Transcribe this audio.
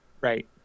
right